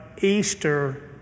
Easter